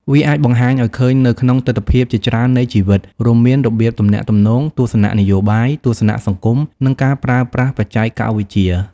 វាអាចបង្ហាញឱ្យឃើញនៅក្នុងទិដ្ឋភាពជាច្រើននៃជីវិត រួមមានរបៀបទំនាក់ទំនង ទស្សនៈនយោបាយ ទស្សនៈសង្គម និងការប្រើប្រាស់បច្ចេកវិទ្យា។